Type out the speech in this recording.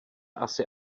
asi